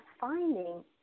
finding